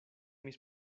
mis